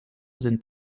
sind